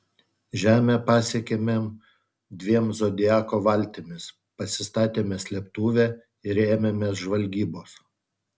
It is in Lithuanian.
žemę pasiekėme dviem zodiako valtimis pasistatėme slėptuvę ir ėmėmės žvalgybos